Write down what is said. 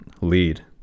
lead